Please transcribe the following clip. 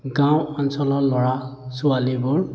গাঁও অঞ্চলৰ ল'ৰা ছোৱালীবোৰে